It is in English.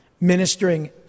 ministering